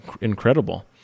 incredible